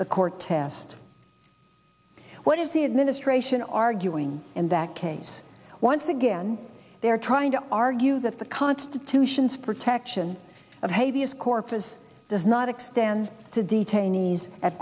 the court test what is the administration arguing in that case once again they're trying to argue that the constitution's protection of haiti is corpus does not extend to detainees at